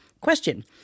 Question